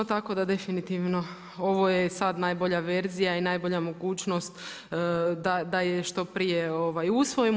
Tako da definitivno ovo je sad najbolja verzija i najbolja mogućnost da je što prije usvojimo.